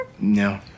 No